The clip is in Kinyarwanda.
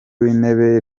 w’intebe